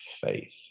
faith